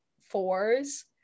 fours